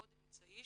עוד אמצעי,